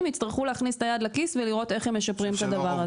יצטרכו להכניס את היד לכיס ולראות איך הם משפרים את הדבר הזה.